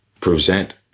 present